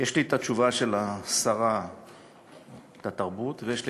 יש לי את התשובה של שרת התרבות ויש לי